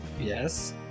Yes